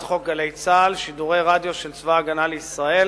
חוק "גלי צה"ל" שידורי רדיו של צבא-הגנה לישראל